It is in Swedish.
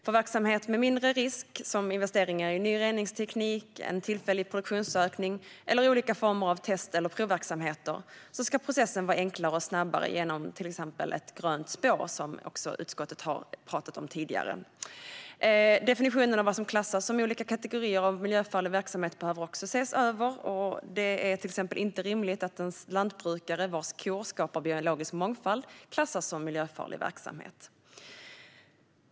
För verksamhet med mindre risk såsom investeringar i ny reningsteknik, en tillfällig produktionsökning eller olika former av test eller provverksamhet ska processen vara enklare och snabbare genom till exempel ett grönt spår, som utskottet har talat om tidigare. Definitionerna av vad som klassas som olika kategorier av miljöfarlig verksamhet behöver också ses över. Det är till exempel inte rimligt att lantbruk vars kor skapar biologisk mångfald klassas som miljöfarlig verksamhet.